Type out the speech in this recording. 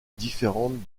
différente